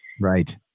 Right